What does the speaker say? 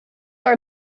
are